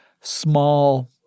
small